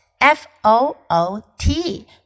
F-O-O-T